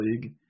league